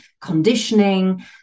conditioning